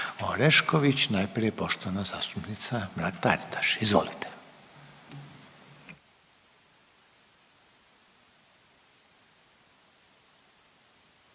Orešković. Najprije poštovana zastupnica Mrak-Taritaš, izvolite.